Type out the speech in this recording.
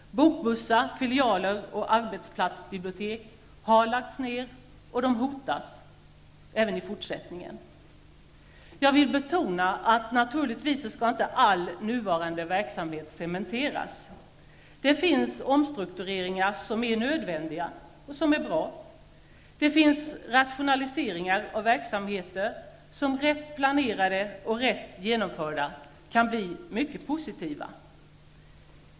Bokbussar, filialer och arbetsplatsbibliotek har lagts ned eller hotas av nedläggning. Jag vill betona att all nuvarande verksamhet naturligtvis inte skall cementeras. Det finns omstruktureringar som är bra och som det är nödvändigt att göra. Det finns rationaliseringar av verksamheter, som rätt planerade och rätt genomförda kan bli mycket positiva.